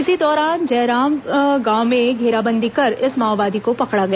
इसी दौरान जैवारम के जंगल में घेराबंदी कर इस माओवादी को पकड़ा गया